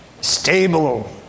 Stable